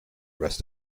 rest